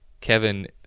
Kevin